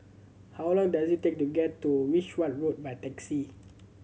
how long does it take to get to Wishart Road by taxi